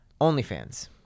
OnlyFans